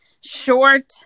short